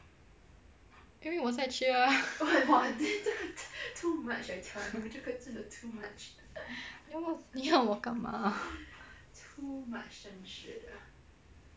因为我在家你要我干嘛